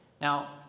Now